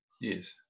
Yes